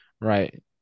right